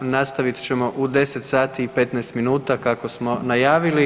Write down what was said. Nastavit ćemo u 10 sati i 15 minuta, kako smo najavili.